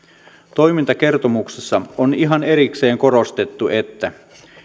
toimintakertomuksessa on ihan erikseen korostettu että